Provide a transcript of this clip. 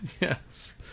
Yes